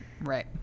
right